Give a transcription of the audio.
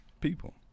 people